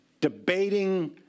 debating